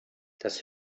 das